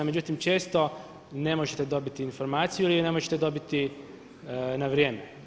Međutim, često ne možete dobiti informaciju ili je ne možete dobiti na vrijeme.